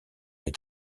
est